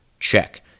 Check